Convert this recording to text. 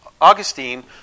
Augustine